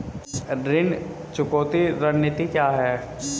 ऋण चुकौती रणनीति क्या है?